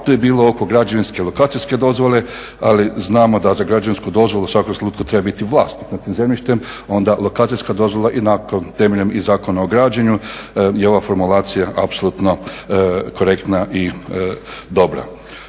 To je bilo oko građevinske i lokacijske dozvole, ali znamo da za građevinsku dozvolu u svakom trenutku treba biti vlasnik nad tim zemljištem, onda lokacijska dozvola i nakon, temeljem i Zakona o građenju je ova formulacija apsolutno korektna i dobra.